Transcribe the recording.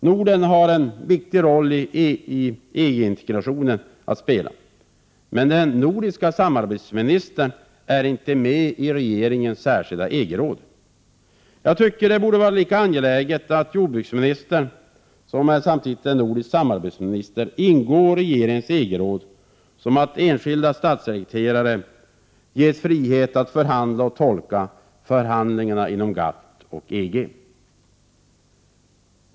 Norden har en viktig roll att spela i EG-integrationen, men jordbruksministern, som samtidigt är vår minister för nordiskt samarbete, är inte med i regeringens särskilda EG-råd. Jag tycker att det borde vara lika angeläget att han ingick i regeringens EG-råd som att enskilda statssekreterare ges frihet att förhandla och tolka förhandlingarna inom GATT och EG.